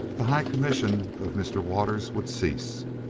the high commission of mr. waters would cease.